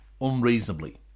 unreasonably